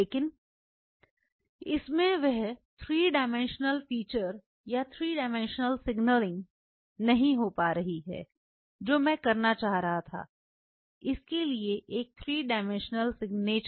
लेकिन इसमें वह 3 डाइमेंशनल फीचर या 3 डाइमेंशनल सिग्नलिंग नहीं हो पा रही है जो मैं करना चाह रहा था इसके लिए एक 3 डाइमेंशनल सिगनेचर